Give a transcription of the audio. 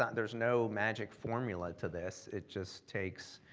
there's no magic formula to this. it just takes